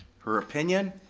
her opinion.